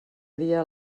dia